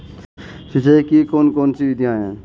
सिंचाई की कौन कौन सी विधियां हैं?